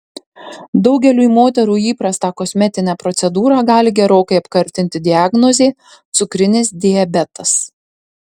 daugeliui moterų įprastą kosmetinę procedūrą gali gerokai apkartinti diagnozė cukrinis diabetas